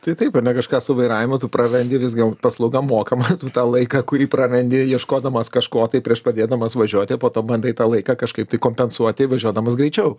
tai taip ar ne kažką su vairavimu tu prarandi visgi paslauga mokama tu tą laiką kurį prarandi ieškodamas kažko tai prieš pradėdamas važiuoti po to bandai tą laiką kažkaip tai kompensuoti važiuodamas greičiau